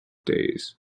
days